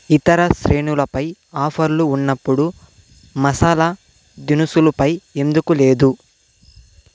ఇతర శ్రేణులపై ఆఫర్లు ఉన్నప్పుడు మసాలా దినుసులుపై ఎందుకు లేదు